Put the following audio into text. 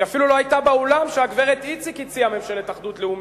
היא אפילו לא היתה באולם כשהגברת איציק הציעה ממשלת אחדות לאומית.